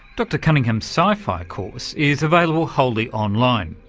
dr cunningham's sci fi course is available wholly online,